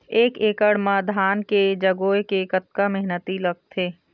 एक एकड़ म धान के जगोए के कतका मेहनती लगथे?